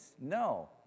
No